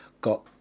got